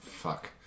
fuck